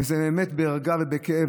וזה באמת בערגה ובכאב,